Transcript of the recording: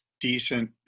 decent